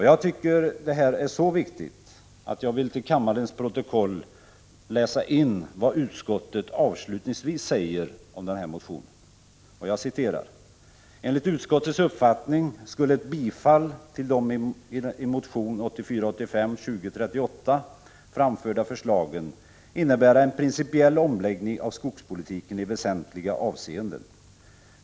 Jag tycker det här är så viktigt att jag till kammarens protokoll vill läsa in vad utskottet avslutningsvis säger om den här motionen: ”Enligt utskottets uppfattning skulle ett bifall till de i motion 1984/85:2038 framförda förslagen innebära en principell omläggning av skogspolitiken i väsentliga avseenden.